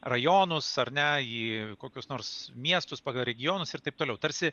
rajonus ar ne į kokius nors miestus pagal regionus ir taip toliau tarsi